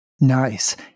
Nice